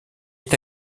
est